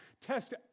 Test